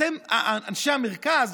אתם, אנשי המרכז,